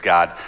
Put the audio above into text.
God